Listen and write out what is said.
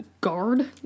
guard